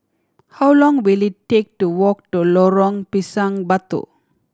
how long will it take to walk to Lorong Pisang Batu